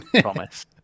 promise